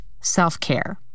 self-care